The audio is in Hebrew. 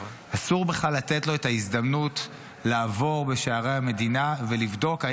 אסור בכלל לתת לו את ההזדמנות לעבור בשערי המדינה ולבדוק אם